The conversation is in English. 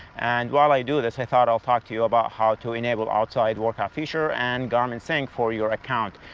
and while i do this i thought i'll talk to you about how to enable outside workout feature and garmin sync for your account.